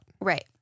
Right